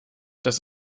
das